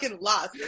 lost